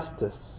justice